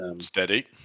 Steady